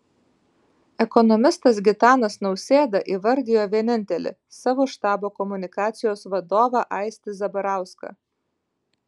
ekonomistas gitanas nausėda įvardijo vienintelį savo štabo komunikacijos vadovą aistį zabarauską